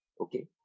Okay